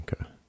Okay